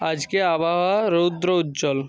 আজকে আবহাওয়া রৌদ্র উজ্জ্বল